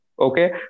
Okay